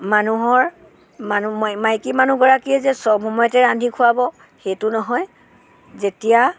মানুহৰ মাইকী মানুহগৰাকীয়েই যে চব সময়তে ৰান্ধি খোৱাব সেইটো নহয় যেতিয়া